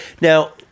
now